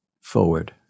forward